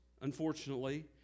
unfortunately